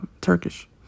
Turkish